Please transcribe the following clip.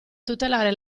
tutelare